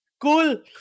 cool